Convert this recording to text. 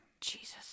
Jesus